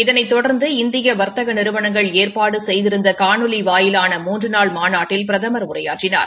இதனைத் தொடர்ந்து இந்திய வர்த்தக நிறுவனங்கள் ஏற்பாடு செய்திருந்த காணொலி வாயிலான முன்று நாள் மாநாட்டில் பிரதமர் உரையாற்றினார்